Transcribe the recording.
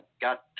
got